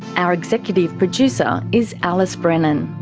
our executive producer is alice brennan.